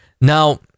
now